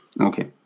Okay